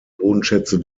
bodenschätze